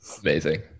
Amazing